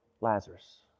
Lazarus